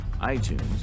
iTunes